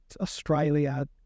Australia